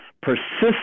persistent